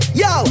yo